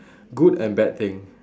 good and bad thing